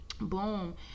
Boom